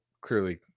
clearly